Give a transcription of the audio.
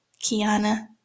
Kiana